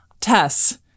Tess